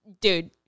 dude